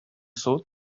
sud